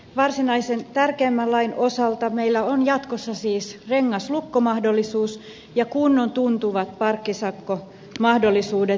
varsinaisen tärkeämmän lain osalta meillä on jatkossa siis rengaslukkomahdollisuus ja kunnon tuntuvat parkkisakkomahdollisuudet